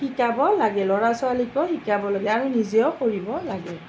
শিকাব লাগে ল'ৰা ছোৱালীকো শিকাব লাগে আৰু নিজেও পঢ়িব লাগে